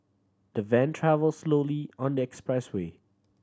the van travel slowly on the expressway